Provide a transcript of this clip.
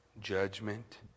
judgment